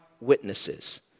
witnesses